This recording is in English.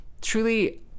Truly